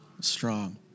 strong